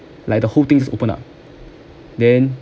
like the whole thing's opened up then